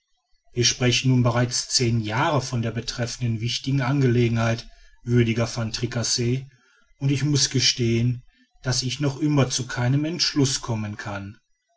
wir sprechen nun bereits seit zehn jahren von der betreffenden wichtigen angelegenheit würdiger van tricasse und ich muß gestehen daß ich noch immer zu keinem entschluß kommen kann